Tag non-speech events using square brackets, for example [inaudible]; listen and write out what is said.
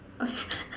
okay [noise]